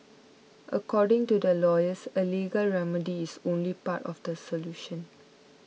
according to the lawyers a legal remedy is only part of the solution